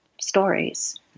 stories